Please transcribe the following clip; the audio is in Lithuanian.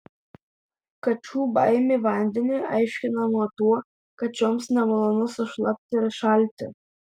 kačių baimė vandeniui aiškinama tuo kad šioms nemalonu sušlapti ir šalti